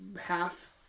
half